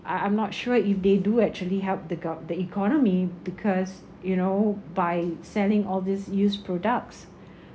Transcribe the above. ah I'm not sure if they do actually help the gov~ the economy because you know by selling all these used products